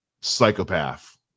psychopath